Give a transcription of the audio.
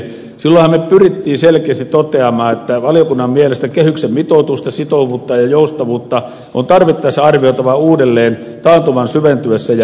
silloinhan me pyrimme selkeästi toteamaan että valiokunnan mielestä kehyksen mitoitusta sitovuutta ja joustavuutta on tarvittaessa arvioitava uudelleen taantuman syventyessä ja pitkittyessä